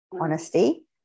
honesty